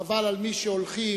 חבל על מי שהולכים,